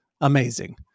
Amazing